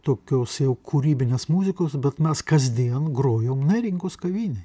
tokios jau kūrybinės muzikos bet mes kasdien grojom neringos kavinėj